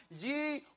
ye